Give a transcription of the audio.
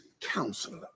counselor